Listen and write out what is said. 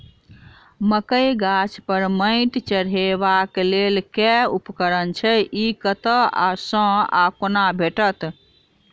मकई गाछ पर मैंट चढ़ेबाक लेल केँ उपकरण छै? ई कतह सऽ आ कोना भेटत?